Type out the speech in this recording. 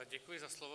Děkuji za slovo.